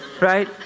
right